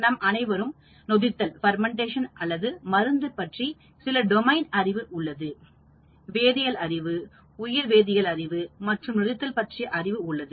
நம் அனைவருக்கும்நொதித்தல் அல்லது மருந்து பற்றி சில டொமைன் அறிவு உள்ளது வேதியியல் அறிவு உயிர் வேதியியல் அறிவு மற்றும் நொதித்தல் பற்றிய அறிவு உள்ளது